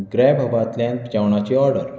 grab हबांतल्यान जेवणाची order